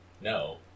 no